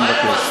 אני מבקש,